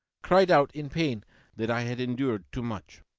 cried out in pain that i had endured too much.